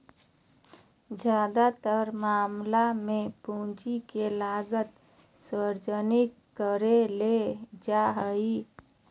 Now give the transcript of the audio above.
ज्यादातर मामला मे पूंजी के लागत सार्वजनिक करले जा हाई